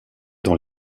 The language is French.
dans